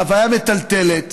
חוויה מטלטלת,